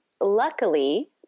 luckily